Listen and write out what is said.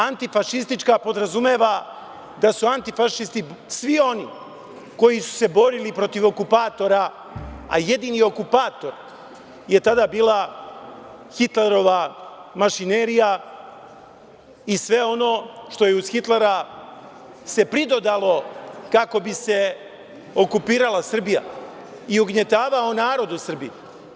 Antifašistička podrazumeva da su antifašisti svi oni koji su se borili protiv okupatora, a jedini okupator je tada bila Hitlerova mašinerija i sve ono što je uz Hitlera se pridodalo kako bi se okupirala Srbija i ugnjetavao narod u Srbiji.